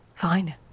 Fine